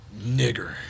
Nigger